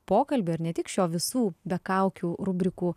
pokalbio ir ne tik šio visų be kaukių rubrikų